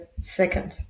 second